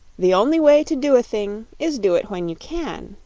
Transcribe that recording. the only way to do a thing is do it when you can,